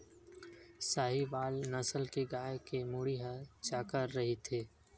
साहीवाल नसल के गाय के मुड़ी ह चाकर रहिथे